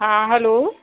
हा हलो